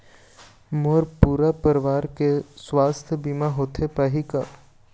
मोर पूरा परवार के सुवास्थ बीमा होथे पाही का?